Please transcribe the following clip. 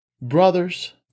Brothers